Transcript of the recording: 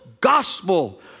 gospel